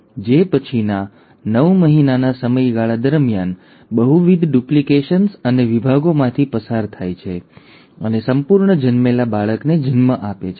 જે પછીના નવ મહિનાના સમયગાળા દરમિયાન બહુવિધ ડુપ્લિકેશન્સ અને વિભાગોમાંથી પસાર થાય છે અને સંપૂર્ણ જન્મેલા બાળકને જન્મ આપે છે